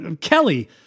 Kelly